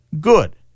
good